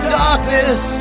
darkness